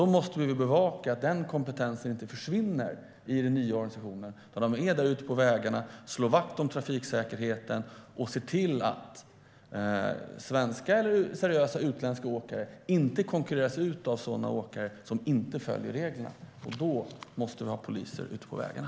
Vi måste bevaka att kompetensen inte försvinner i den nya organisationen utan att den finns där ute på vägarna, slår vakt om trafiksäkerheten och ser till att svenska och seriösa utländska åkare inte konkurreras ut av åkare som inte följer reglerna. Då måste vi ha poliser ute på vägarna.